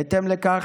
בהתאם לכך,